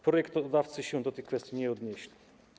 Projektodawcy się do tej kwestii nie odnieśli.